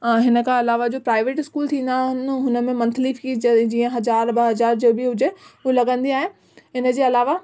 हिन खां अलावा जो प्राइवेट स्कूल थींदा आहिनि उन में मंथली फ़ीस जे जीअं हज़ार ॿ हज़ार जो बि हुजे हूं लगंदी आहे इन जे अलावा